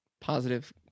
positive